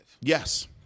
Yes